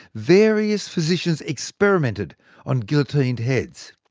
various physicians experimented on guillotined heads.